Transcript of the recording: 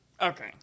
Okay